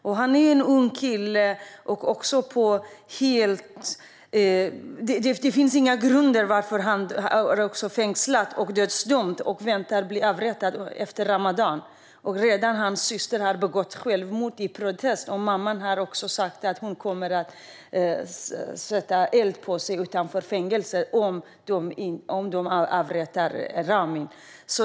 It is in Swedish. Detta är en ung kille som har fängslats och dömts till döden utan några grunder. Han väntar på att bli avrättad efter ramadan. Hans syster har redan begått självmord i protest, och mamman har sagt att hon kommer att sätta eld på sig själv utanför fängelset om de avrättar Ramin.